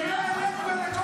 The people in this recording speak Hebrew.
את מי אתה מייצג?